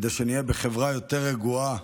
כדי שנהיה בחברה יותר רגועה,